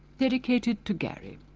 dedicated to gary